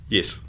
Yes